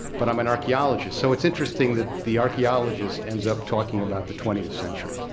but i'm an archaeologist. so it's interesting that the archaeologist ends up talking about the twentieth century.